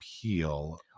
appeal